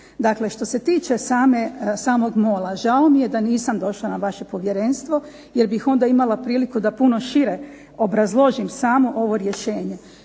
Dakle, što se tiče samog MOL-a žao mi je da nisam došla na vaše Povjerenstvo, jer bih onda imala priliku da puno šire obrazložim samo ovo rješenje.